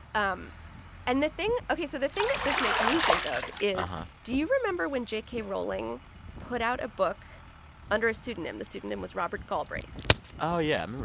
um and the thing ok, so the thing that this makes me think of is do you remember when j k. rowling put out a book under a pseudonym? the pseudonym was robert galbraith oh, yeah. i